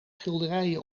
schilderijen